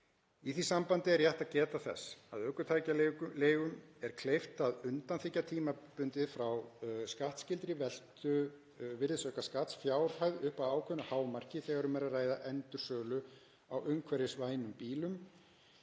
Í því sambandi er rétt að geta þess að ökutækjaleigum er kleift að undanþiggja tímabundið frá skattskyldri veltu virðisaukaskatts fjárhæð upp að ákveðnu hámarki þegar um er að ræða endursölu á umhverfisvænum bílum,